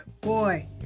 Boy